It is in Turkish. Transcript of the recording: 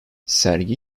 sergi